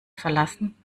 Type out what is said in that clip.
verlassen